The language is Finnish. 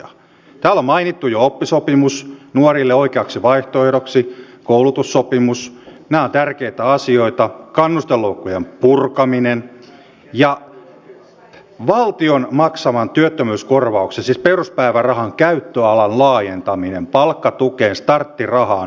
täällä on mainittu jo oppisopimus nuorille oikeaksi vaihtoehdoksi koulutussopimus nämä ovat tärkeitä asioita kannusteloukkujen purkaminen ja valtion maksaman työttömyyskorvauksen siis peruspäivärahan käyttöalan laajentaminen palkkatukeen starttirahaan liikkuvuusavustukseen